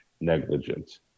negligence